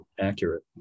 accurate